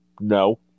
no